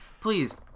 please